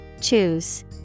Choose